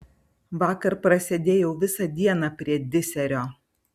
vakar prasėdėjau visą dieną prie diserio